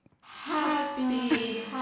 Happy